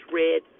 red